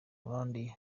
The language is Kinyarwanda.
abandi